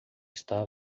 está